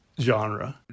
genre